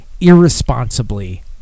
irresponsibly